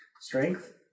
Strength